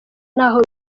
naho